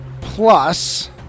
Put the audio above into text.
plus